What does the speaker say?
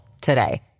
today